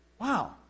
Wow